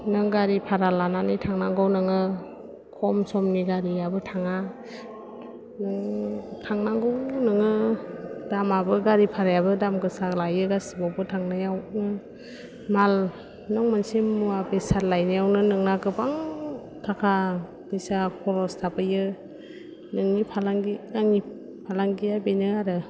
नों गारि भारा लानानै थांनांगौ नोङो खम समनि गारियाबो थाङा नों थांनांगौ नोङो दामाबो गारि भारायाबो दाम गोसा लायो गासिबावबो थांनायाव माल नों मोनसे मुवा बेसाद लायनायावनो नोंना गोबां थाखा फैसा खर'स थाबोयो नोंनि फालांगि आंनि फालांगिया बेनो आरो